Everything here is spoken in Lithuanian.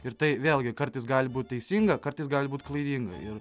ir tai vėlgi kartais gali būt teisinga kartais gali būt klaidinga ir